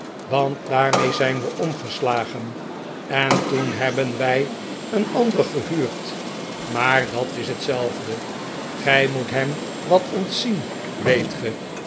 want daarmee zijn we omgeslagen en toen hebben wij een ander gehuurd maar dat is hetzelfde gij moet hem wat ontzien weet ge